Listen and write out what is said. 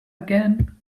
again